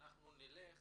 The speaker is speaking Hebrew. נלך